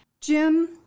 Jim